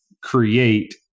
create